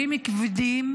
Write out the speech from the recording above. מחירים כבדים,